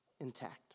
intact